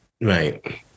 Right